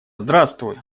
здравствуй